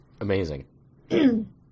Amazing